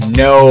no